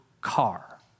car